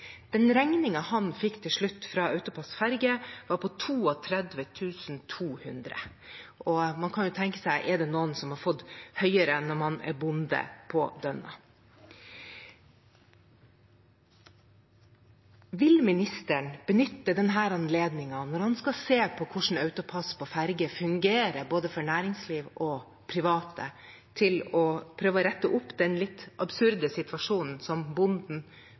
han fikk til slutt fra AutoPASS for ferje, var på 32 200 kr. Man kan spørre seg om det er noen som har fått høyere regning enn bonden på Dønna. Vil statsråden benytte denne anledningen, når han skal se på hvordan AutoPASS på ferge fungerer for både næringsliv og private, til å prøve å rette opp den litt absurde situasjonen som bonden